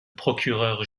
procureur